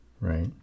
right